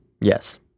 Yes